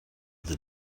the